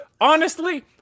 honestly-